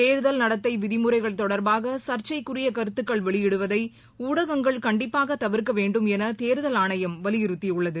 தேர்தல் நடத்தை விதிமுறைகள் தொடர்பாக சர்ச்சைக்குரிய கருத்துகள் வெளியிடுவதை ஊடகங்கள் கண்டிப்பாக தவிர்க்க வேண்டும் என தேர்தல் ஆணையம் வலியுறுத்தியுள்ளது